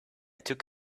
took